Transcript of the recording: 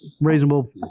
reasonable